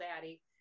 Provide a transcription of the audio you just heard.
daddy